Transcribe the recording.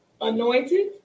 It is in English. anointed